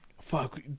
fuck